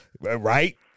Right